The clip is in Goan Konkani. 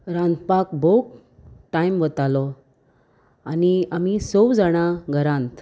रांदपाक भोव टायम वतालो आनी आमी सव जाणां घरांत